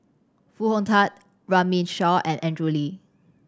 Foo Hong Tatt Runme Shaw and Andrew Lee